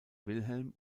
wilhelm